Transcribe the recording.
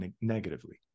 negatively